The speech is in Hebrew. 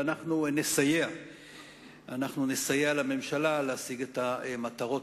ואנחנו נסייע לממשלה להשיג את המטרות